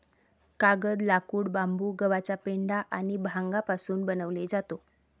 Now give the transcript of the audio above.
कागद, लाकूड, बांबू, गव्हाचा पेंढा आणि भांगापासून बनवले जातो